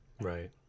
Right